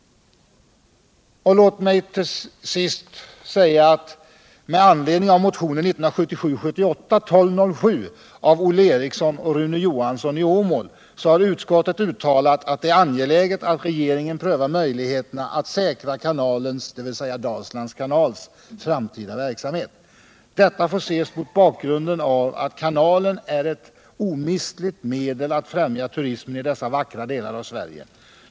Låt mig till sist säga att utskottet med anledning av motionen 1977/78:1207 av Olle Eriksson och Rune Johansson i Åmål har uttalat att det är angeläget att regeringen prövar möjligheterna att säkra Dalslands kanals framtida verksamhet. Detta får ses mot bakgrund av att kanalen är ett omistligt medel för att främja turismen i dessa vackra delar av Sverige.